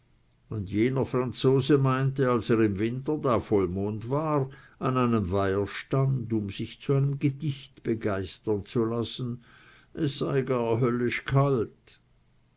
und jener franzose meinte als er im winter da vollmond war an einem weiher stand um sich zu einem gedicht begeistern zu lassen er sei gar höllisch kalt